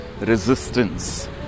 resistance